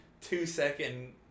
two-second